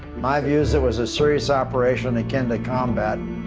my view is it was a serious operation, akin to combat,